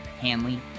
Hanley